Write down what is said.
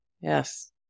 Yes